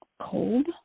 cold